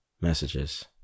messages